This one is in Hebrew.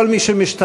כל מי שמשתמש,